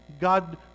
God